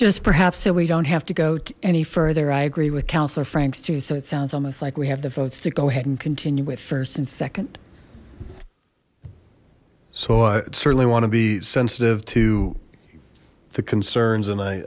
just perhaps so we don't have to go to any further i agree with councillor frank's so it sounds almost like we have the votes to go ahead and continue with first and second so i certainly want to be sensitive to the concerns and i